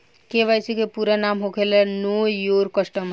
KYC के पूरा नाम होखेला नो योर कस्टमर